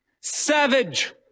savage